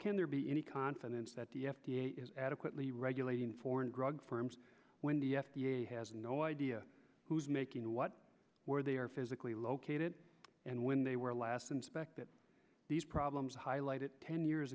can there be any confidence that the f d a is adequately regulating foreign drug firms when the f d a has no idea who's making what where they are physically located and when they were last inspected these problems highlight it ten years